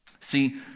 See